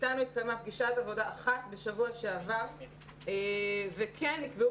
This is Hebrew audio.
איתנו התקיימה פגישת עבודה אחת בשבוע שעבר וכן נקבעו